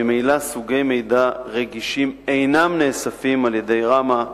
ממילא סוגי מידע רגישים אינם נאספים על-ידי רמ"ה,